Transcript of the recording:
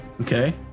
Okay